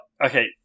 okay